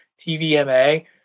TVMA